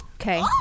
okay